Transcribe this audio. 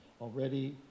already